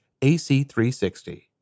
ac360